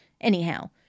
Anyhow